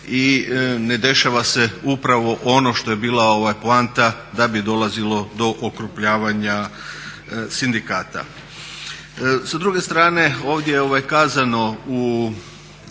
i ne dešava se upravo ono što je bila poanta da bi dolazilo do okrupnjavanja sindikata. Sa druge strane ovdje je kazano u